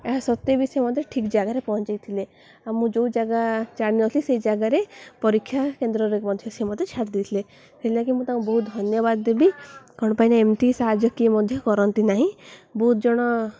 ଏହା ସତ୍ତ୍ୱେ ବି ସେ ମଧ୍ୟତ ଠିକ୍ ଜାଗାରେ ପହଞ୍ଚାଇଥିଲେ ଆଉ ମୁଁ ଯୋଉ ଜାଗା ଜାଣିିନଥିଲି ସେଇ ଜାଗାରେ ପରୀକ୍ଷା କେନ୍ଦ୍ରରେ ମଧ୍ୟ ସେ ମଧ୍ୟ ଛାଡ଼ି ଦେଇଥିଲେ ସେଥିଲାଗି ମୁଁ ତାଙ୍କୁ ବହୁତ ଧନ୍ୟବାଦ ଦେବି କ'ଣ ପାଇଁ ନା ଏମିତି ସାହାଯ୍ୟ କିଏ ମଧ୍ୟ କରନ୍ତି ନାହିଁ ବହୁତ ଜଣ